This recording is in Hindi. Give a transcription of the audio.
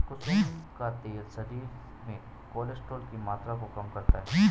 कुसुम का तेल शरीर में कोलेस्ट्रोल की मात्रा को कम करता है